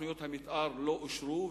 ותוכניות המיתאר לא אושרו.